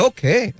Okay